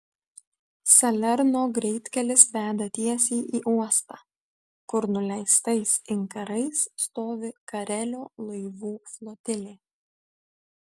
salerno greitkelis veda tiesiai į uostą kur nuleistais inkarais stovi karelio laivų flotilė